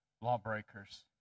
lawbreakers